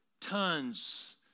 tons